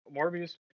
Morbius